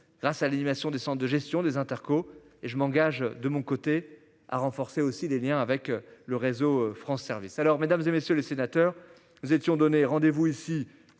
grâce à l'animation des de gestion des interco et je m'engage. De mon côté a renforcé aussi des Liens avec le réseau France service alors Mesdames et messieurs les sénateurs, nous étions donnés rendez-vous ici,